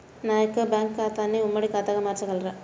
నా యొక్క బ్యాంకు ఖాతాని ఉమ్మడి ఖాతాగా మార్చగలరా?